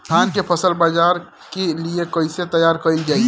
धान के फसल बाजार के लिए कईसे तैयार कइल जाए?